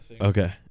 Okay